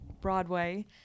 Broadway